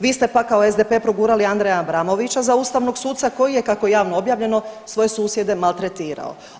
Vi ste pak kao SDP progurali Andreja Abramovića za ustavnog suca koji je kako je javno objavljeno svoje susjede maltretirao.